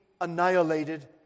annihilated